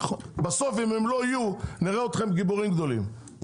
בסוף אם הם לא יהיו נראה אתכם גיבורים גדולים,